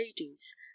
ladies